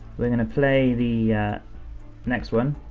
we're gonna play the next one,